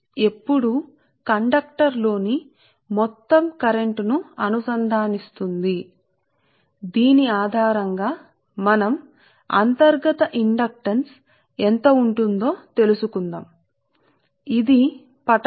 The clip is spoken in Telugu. కాబట్టి ఇది ఎల్లప్పుడూ కండక్టర్లోని మొత్తం కరెంట్ను అనుసంధానిస్తుందిసరే కాబట్టి దీని ఆధారం గా మేము మొదట మీ ఇండక్టెన్స్ అని పిలిచే మీ అంతర్గత ఏమిటో తెలుసుకోవడానికి ప్రయత్నిస్తాము